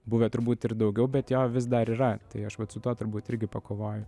buvę turbūt ir daugiau bet jo vis dar yra tai aš vat su tuo turbūt irgi pakovoju